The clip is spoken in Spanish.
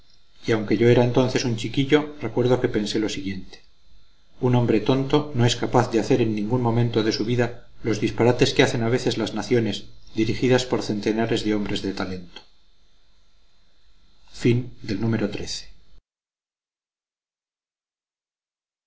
y aunque yo era entonces un chiquillo recuerdo que pensé lo siguiente un hombre tonto no es capaz de hacer en ningún momento de su vida los disparates que hacen a veces las naciones dirigidas por centenares de hombres de talento